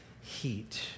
heat